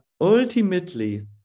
ultimately